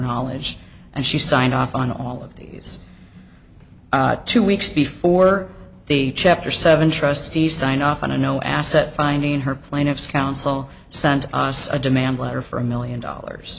knowledge and she signed off on all of these two weeks before the chapter seven trustee signed off on a no asset finding her plaintiffs counsel sent us a demand letter for a million dollars